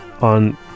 on